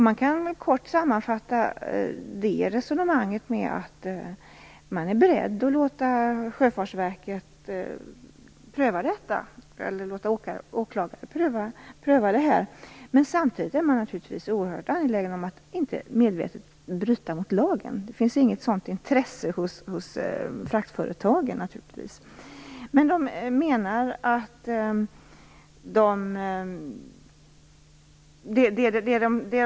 En kort sammanfattning av det resonemanget är att man är beredd att låta Sjöfartsverket pröva det här, låta åklagare pröva det här. Samtidigt är man naturligtvis oerhört angelägen om att inte medvetet bryta mot lagen. Det finns naturligtvis inte något sådant intresse hos fraktföretagen.